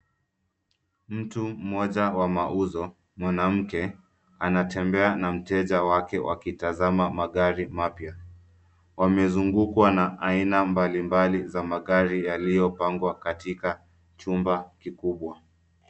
Mtu mmoja wa mauzo, mwanamke anatembea na mteja wake wakitazama magari mapya. Wamezungukwa na aina mbalimbali za magari yaliyopangwa katika chumba kikubwa.